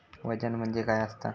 वजन म्हणजे काय असता?